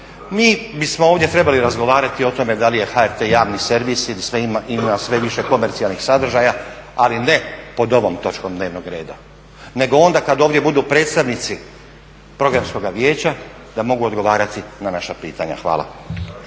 Mi smo ovdje trebali razgovarati o tome da li je HRT javni servis ili ima sve više komercijalnih sadržaja, ali ne pod ovom točkom dnevnog reda, nego onda kad ovdje budu predstavnici Programskoga vijeća da mogu odgovarati na naša pitanja. Hvala.